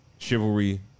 Chivalry